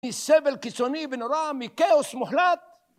מסבל קיצוני ונורא, מכאוס מוחלט